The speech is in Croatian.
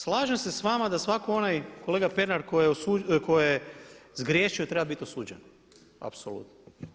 Slažem se s vama da svako onaj kolega Peranar koji je zgriješio treba biti osuđen, apsolutno.